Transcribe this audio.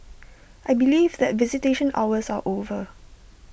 I believe that visitation hours are over